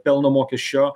pelno mokesčio